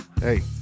hey